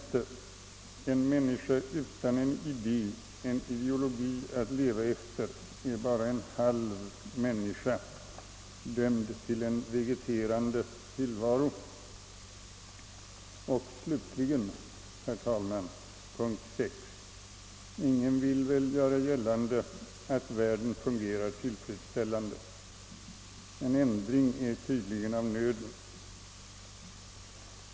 En människa utan en idé, en ideologi att leva efter, är bara en halv människa, dömd till en vegeterande tillvaro. 6. Ingen vill väl göra gällande att världen fungerar tillfredsställande. En ändring är tydligen av nöden.